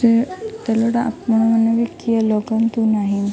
ସେ ତେଲଟା ଆପଣମାନେ ବି କିଏ ଲଗାନ୍ତୁ ନାହିଁ